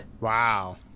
Wow